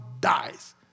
dies